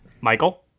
Michael